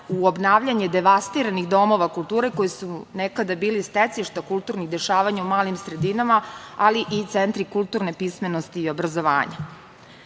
u obnavljanje devastiranih domova kulture koji su nekada bili stecište kulturnih dešavanja u malim sredinama, ali i centri kulturne pismenosti i obrazovanja.